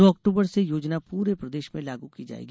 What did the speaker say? दो अक्टूबर से योजना पूरे प्रदेश में लागू की जाएगी